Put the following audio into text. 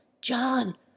John